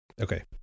Okay